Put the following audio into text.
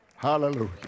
Hallelujah